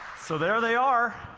so there they are!